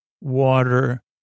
water